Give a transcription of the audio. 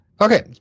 Okay